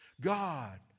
God